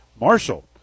Marshall